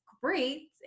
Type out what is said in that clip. great